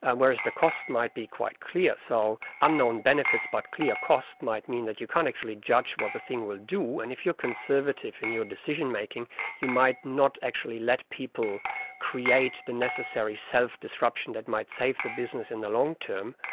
and whereas the costs might be quite clear. so unknown benefits but clear cost might mean that you can't actually judge what the thing will do. and if you are conservative in your decision making you might not actually let people create the necessary self-disruption that might save the business in the long term.